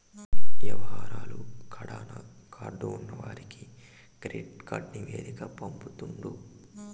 యవహారాలు కడాన కార్డు ఉన్నవానికి కెడిట్ కార్డు నివేదిక పంపుతుండు